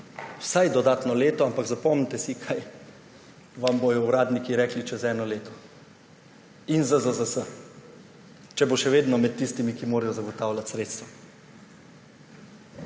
vsaj dodatno leto. Ampak zapomnite si, kaj vam bodo uradniki rekli čez eno leto, in ZZZS, če bo še vedno med tistimi, ki mora zagotavljati sredstva.